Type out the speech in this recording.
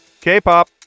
K-pop